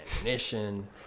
ammunition